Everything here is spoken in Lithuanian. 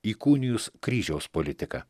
įkūnijus kryžiaus politiką